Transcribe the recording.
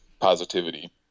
positivity